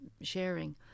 sharing